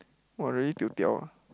!wah! really tio diao ah